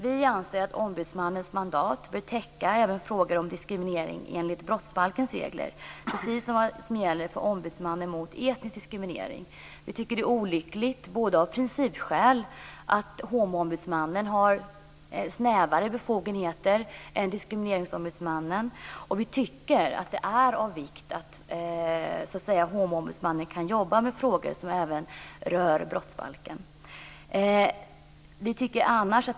Vi anser att ombudsmannens mandat bör täcka även frågor om diskriminering enligt brottsbalkens regler, precis vad som gäller för Ombudsmannen mot etnisk diskriminering. Vi tycker att det av principskäl är olyckligt att homoombudsmannen har snävare befogenheter än diskrimineringsombudsmannen. Det är av vikt att homoombudsmannen kan jobba med frågor som även rör brottsbalken.